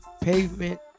pavement